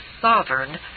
sovereign